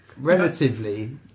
Relatively